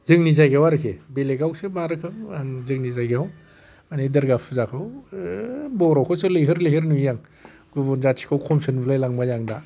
जोंनि जायगायाव आरिखि बेलेखआवसो मा रोखोम आं जोंनि जायगायाव माने दुर्गा फुजाखौ ओह बर'खौसो लैहोर लैहोर नुयो आं गुबुन जाथिखौ खमसो नुलाय लांबाय आं दा